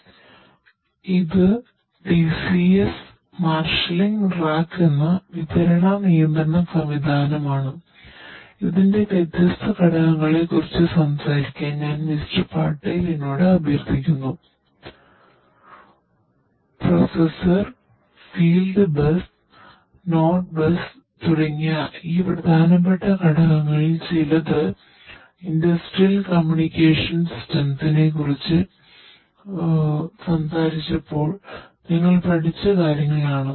അതിനാൽ ഇത് അടിസ്ഥാനപരമായി ഡിസിഎസ് മാർഷലിംഗ് റാക്ക് സംസാരിച്ചപ്പോൾ നിങ്ങൾ പഠിച്ച കാര്യങ്ങൾ ആണ്